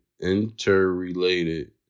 interrelated